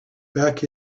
back